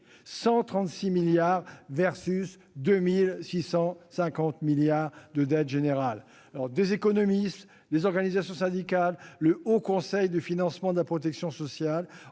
650 milliards d'euros de dette générale. Des économistes, les organisations syndicales et le Haut Conseil du financement de la protection sociale ont